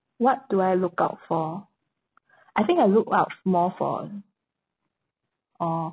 what do I look out for I think I look out more for or